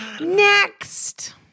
Next